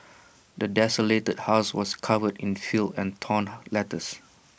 the desolated house was covered in filth and torn letters